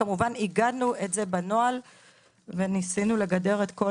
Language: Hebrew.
כמובן איגדנו את זה בנוהל וניסינו לגדר את כל